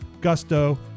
Gusto